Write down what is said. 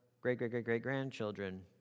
great-great-great-great-grandchildren